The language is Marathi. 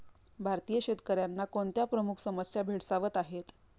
भारतीय शेतकऱ्यांना कोणत्या प्रमुख समस्या भेडसावत आहेत?